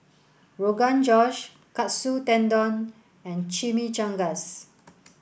Rogan Josh Katsu Tendon and Chimichangas